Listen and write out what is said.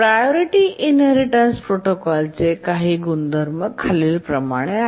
priority inheritance protocol चे काही गुणधर्म खालीलप्रमाणे आहेत